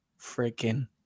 freaking